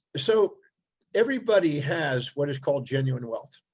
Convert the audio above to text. so everybody has what is called genuine wealth